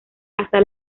hasta